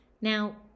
Now